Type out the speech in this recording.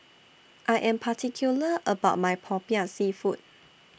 I Am particular about My Popiah Seafood